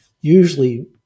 usually